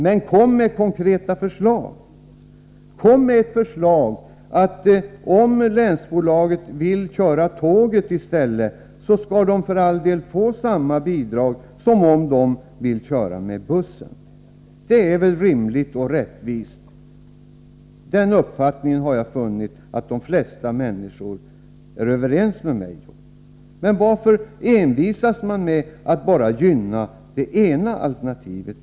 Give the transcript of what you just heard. Men kom med något konkret förslag, kom med ett förslag att om länsbolagen vill köra tåg, då skall de få samma bidrag som om de vill köra buss. Det är väl rimligt och rättvist? Den uppfattningen har jag funnit att de flesta människor är överens med mig om. Varför då envisas med att gynna enbart det ena alternativet?